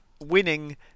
winning